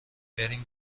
بریم